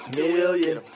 million